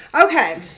Okay